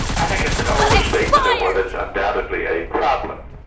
i think it's an over-statement of what is undoubtedly a problem.